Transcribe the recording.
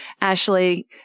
Ashley